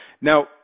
Now